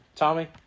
Tommy